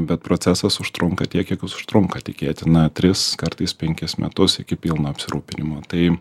bet procesas užtrunka tiek kiek jis užtrunka tikėtina tris kartais penkis metus iki pilno apsirūpinimo tai